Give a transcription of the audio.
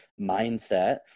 mindset